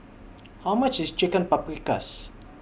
How much IS Chicken Paprikas